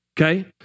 okay